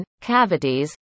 cavities